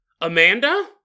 Amanda